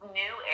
new